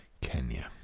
Kenya